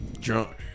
Drunk